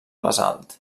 basalt